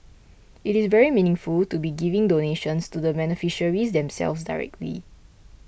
it is very meaningful to be giving donations to the beneficiaries themselves directly